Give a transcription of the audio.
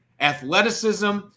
Athleticism